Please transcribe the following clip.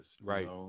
Right